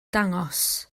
dangos